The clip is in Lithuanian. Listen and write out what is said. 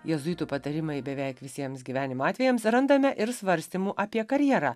jėzuitų patarimai beveik visiems gyvenimo atvejams randame ir svarstymų apie karjerą